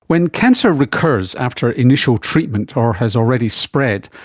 when cancer recurs after initial treatment or has already spread,